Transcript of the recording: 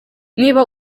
niba